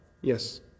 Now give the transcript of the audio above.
Yes